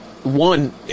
One